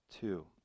two